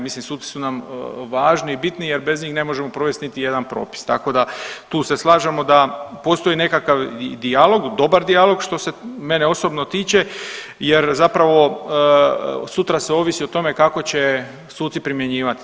Mislim suci su nam važni i bitni jer bez njih ne možemo provesti niti jedan propis, tako da tu se slažemo da postoji nekakav dijalog, dobar dijalog što se mene osobno tiče jer zapravo sutra sve ovisi o tome kako će suci primjenjivati.